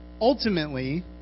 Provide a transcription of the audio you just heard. ultimately